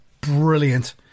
brilliant